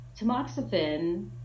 tamoxifen